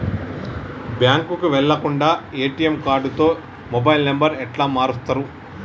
బ్యాంకుకి వెళ్లకుండా ఎ.టి.ఎమ్ కార్డుతో మొబైల్ నంబర్ ఎట్ల మారుస్తరు?